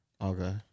Okay